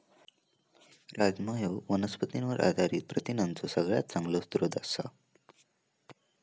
राजमा ह्यो वनस्पतींवर आधारित प्रथिनांचो सगळ्यात चांगलो स्रोत आसा